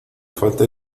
falta